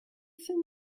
ddaeth